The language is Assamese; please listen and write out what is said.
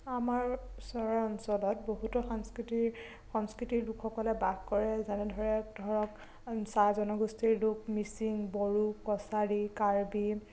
আমাৰ ওচৰৰ অঞ্চলত বহুতো সাংস্কৃতিৰ সংস্কৃতিৰ লোকসকলে বাস কৰে যেনে ধৰক চাহ জনগোষ্ঠীৰ লোক মিচিং বড়ো কছাৰী কাৰ্বি